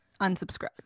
unsubscribe